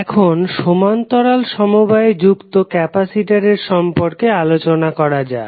এখন সমান্তরাল সমবায়ে যুক্ত ক্যাপাসিটরের সম্পর্কে আলোচনা করা যাক